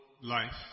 life